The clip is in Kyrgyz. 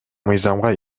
мыйзамга